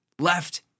left